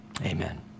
Amen